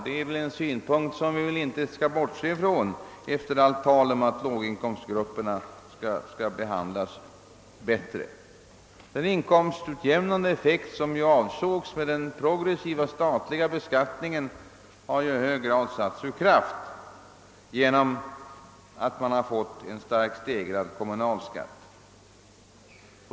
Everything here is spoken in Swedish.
Det är en synpunkt som vi väl inte skall bortse från efter allt tal om att låginkomstgrupperna skall betalas bättre. Den inkomstutjämnande effekt som avsågs med den progressiva statliga beskattningen har i hög grad satts ur kraft genom att man har fått en starkt stegrad kommunalskatt.